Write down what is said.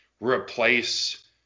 replace